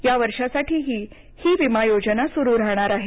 या वर्षासाठीही ही विमा योजना सुरु राहणार आहे